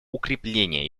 укрепления